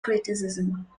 criticism